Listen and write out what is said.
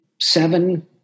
seven